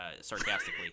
sarcastically